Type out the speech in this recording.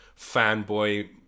fanboy